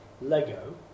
Lego